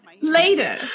later